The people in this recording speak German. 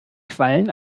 quallen